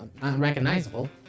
unrecognizable